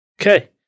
Okay